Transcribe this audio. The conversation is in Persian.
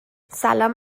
سلام